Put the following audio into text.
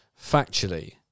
factually